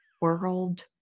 world